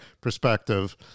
perspective